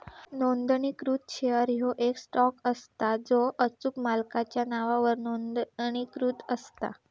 नोंदणीकृत शेअर ह्यो येक स्टॉक असता जो अचूक मालकाच्या नावावर नोंदणीकृत असता